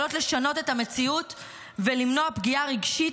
יכולות לשנות את המציאות ולמנוע פגיעה רגשית,